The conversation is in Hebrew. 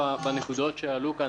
בנקודות שעלו כאן,